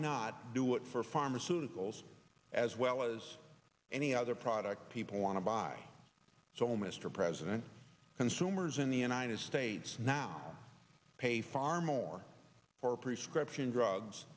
not do it for pharmaceuticals as well as any other product people want to buy so mr president consumers in the united states now pay far more for prescription drugs